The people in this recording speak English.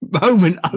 moment